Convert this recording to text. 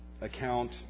account